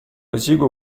esiguo